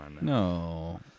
No